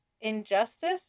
Injustice